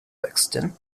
buxton